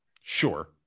Sure